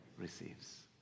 receives